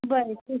बरं ठीक